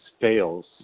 fails